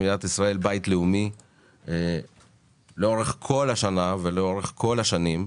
במדינת ישראל בית לאומי לאורך כל השנה ולאורך כל השנים,